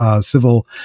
civil